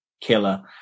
killer